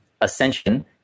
ascension